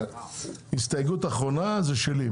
הסתייגות אחרונה זה שלי,